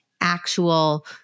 actual